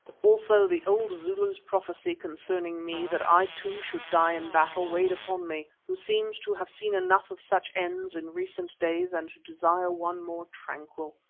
also the old zulu's prophecy concerning me, that i too should die in battle, weighed upon me, who seemed to have seen enough of such ends in recent days and to desire one more tranquil.